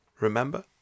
Remember